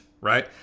right